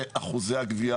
לנושאים של גבייה